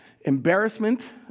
embarrassment